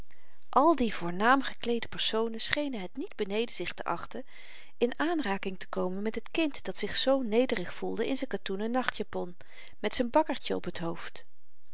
al die voornaam gekleede personen schenen het niet beneden zich te achten in aanraking te komen met het kind dat zich zoo nederig voelde in z'n katoenen nachtjapon met n bakkertjen op t hoofd